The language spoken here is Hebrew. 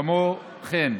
כמו כן,